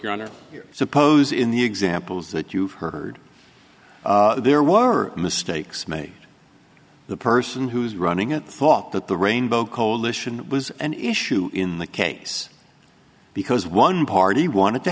your honor suppose in the examples that you've heard there were mistakes made the person who was running it thought that the rainbow coalition was an issue in the case because one party wanted to